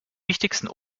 wichtigsten